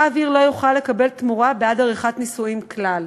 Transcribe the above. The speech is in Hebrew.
רב עיר לא יוכל לקבל תמורה בעד עריכת נישואים כלל.